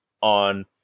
on